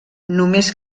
només